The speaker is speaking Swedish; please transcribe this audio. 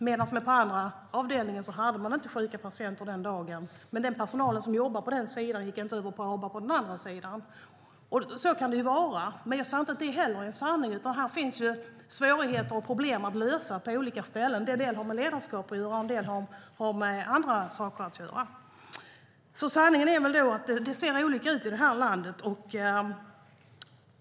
På den andra hade man inte sjuka patienter den dagen, men den personal som jobbade på den sidan gick inte över och jobbade på den andra sidan. Så kan det vara. Men jag säger inte att det heller är en sanning, utan här finns svårigheter och problem att lösa på olika ställen. En del har att göra med ledarskap, och en del har med andra saker att göra. Sanningen är väl att det ser olika ut här i landet.